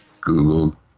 Google